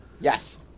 Yes